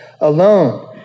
alone